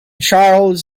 charles